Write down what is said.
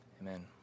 Amen